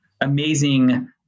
amazing